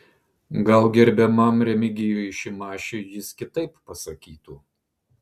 gal gerbiamam remigijui šimašiui jis kitaip pasakytų